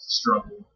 struggle